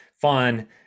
fun